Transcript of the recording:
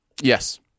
Yes